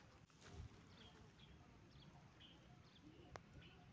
कइसे पता चलही कि धान मे नमी कम हे?